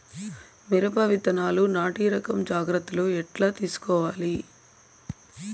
మిరప విత్తనాలు నాటి రకం జాగ్రత్తలు ఎట్లా తీసుకోవాలి?